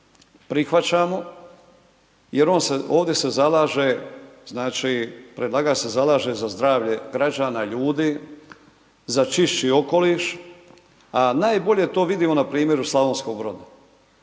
predlagač se zalaže za zdravlje građana ljudi, za čišći okoliš, a najbolje to vidimo na primjeru Slavonskog Broda.